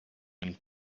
and